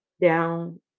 Down